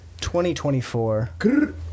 2024